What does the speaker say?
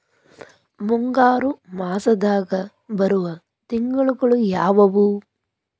ಮುಂಗಾರು ಮಾಸದಾಗ ಬರುವ ತಿಂಗಳುಗಳ ಯಾವವು?